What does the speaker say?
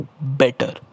better